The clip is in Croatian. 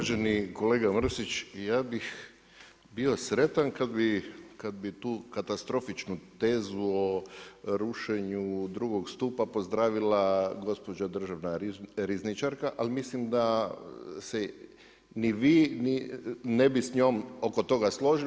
Uvaženi kolega Mrsić, ja bih bio sretan kada bi tu katastrofičnu tezu o rušenju drugog stupa pozdravila gospođa državna rizničarka, ali mislim da se ni vi ne bi s njom oko toga složili.